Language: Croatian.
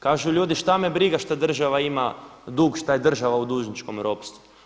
Kažu ljudi šta me briga šta država ima dug, šta je država u dužničkom ropstvu.